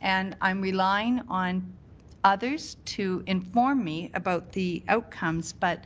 and i'm relying on others to inform me about the outcomes, but